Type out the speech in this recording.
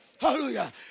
Hallelujah